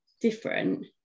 different